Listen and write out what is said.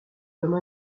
comme